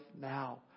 now